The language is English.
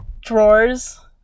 Drawers